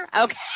okay